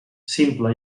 simple